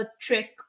trick